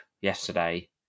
yesterday